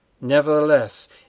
Nevertheless